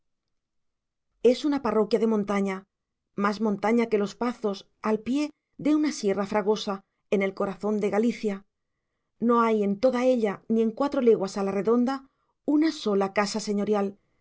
es una parroquia de montaña más montaña que los pazos al pie de una sierra fragosa en el corazón de galicia no hay en toda ella ni en cuatro leguas a la redonda una sola casa señorial